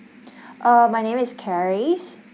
uh my name is charis